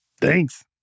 thanks